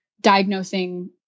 diagnosing